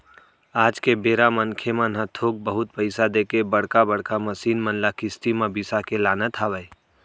आज के बेरा मनखे मन ह थोक बहुत पइसा देके बड़का बड़का मसीन मन ल किस्ती म बिसा के लानत हवय